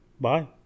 Bye